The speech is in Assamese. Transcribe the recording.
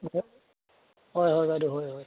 হয় হয় বাইদেউ হয় হয়